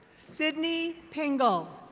sydney pingall.